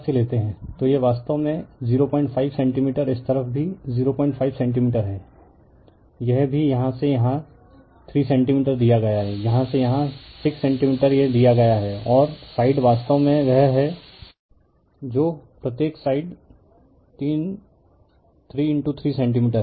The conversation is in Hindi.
तो यह वास्तव में 05 सेंटीमीटर इस तरफ भी 05 सेंटीमीटर है यह भी यहां से यहां 3 सेंटीमीटर दिया गया है यहां से यहां 6 सेंटीमीटर यह दिया गया है और साइड वास्तव में वह है जो प्रत्येक साइड 33 सेंटीमीटर है